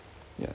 ya